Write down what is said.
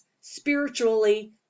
spiritually